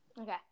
Okay